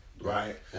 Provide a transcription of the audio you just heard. Right